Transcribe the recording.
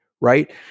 Right